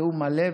בתיאום מלא,